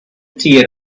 tea